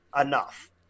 Enough